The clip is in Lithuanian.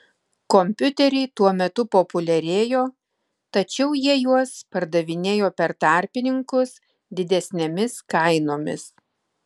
kompiuteriai tuo metu populiarėjo tačiau jie juos pardavinėjo per tarpininkus didesnėmis kainomis